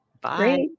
Bye